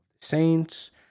saints